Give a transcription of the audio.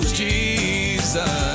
jesus